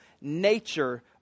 nature